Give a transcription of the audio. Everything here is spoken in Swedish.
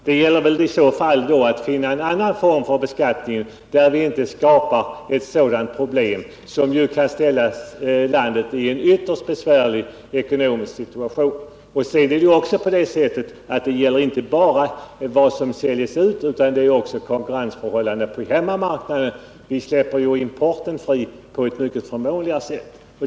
Det gäller i så fall att finna en annan form för beskattningen, där vi inte skapar problem som kan komma att ställa landet i en ytterst besvärlig ekonomisk situation. Nu gäller det inte bara vad som säljs på export utan också konkurrensförhållandena på hemmamarknaden. Vi släpper ju importen fri på ett mycket förmånligare sätt.